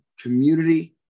community